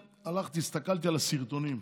שהלכתי והסתכלתי על הסרטונים.